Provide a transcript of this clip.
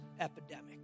epidemic